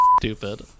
stupid